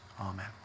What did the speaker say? Amen